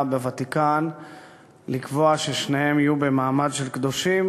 בוותיקן לקבוע ששניהם יהיו במעמד של קדושים,